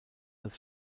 als